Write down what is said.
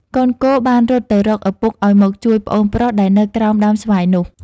កូនគោបានរត់ទៅរកឪពុកឲ្យមកជួយប្អូនប្រុសដែលនៅក្រោមដើមស្វាយនោះ ។